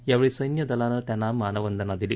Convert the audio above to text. यावेळी सखिदलानं त्यांना मानवंदना दिली